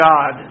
God